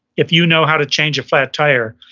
if you know how to change a flat tire,